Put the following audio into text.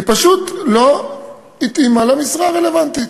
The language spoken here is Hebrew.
היא פשוט לא התאימה למשרה הרלוונטית.